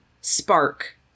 spark